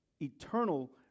eternal